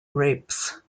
grapes